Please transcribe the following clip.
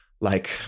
like-